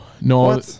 no